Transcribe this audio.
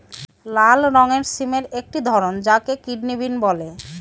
লাল রঙের সিমের একটি ধরন যাকে কিডনি বিন বলে